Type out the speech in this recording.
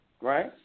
Right